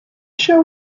show